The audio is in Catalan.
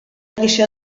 edició